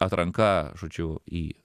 atranka žodžiu į